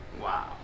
Wow